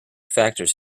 factors